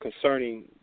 concerning